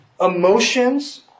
emotions